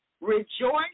rejoice